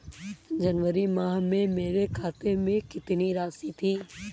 जनवरी माह में मेरे खाते में कितनी राशि थी?